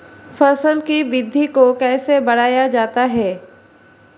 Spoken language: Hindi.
फसल की वृद्धि को कैसे बढ़ाया जाता हैं?